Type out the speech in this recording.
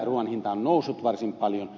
ruuan hinta on noussut varsin paljon